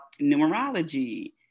numerology